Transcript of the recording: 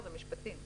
זה משפטים,